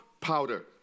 powder